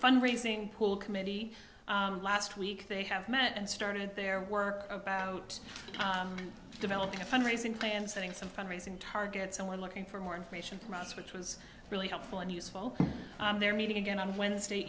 fund raising pool committee last week they have met and started their work about developing a fund raising plan setting some fund raising targets and were looking for more information from us which was really helpful and useful they're meeting again on wednesday